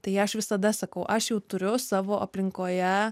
tai aš visada sakau aš jau turiu savo aplinkoje